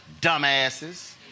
dumbasses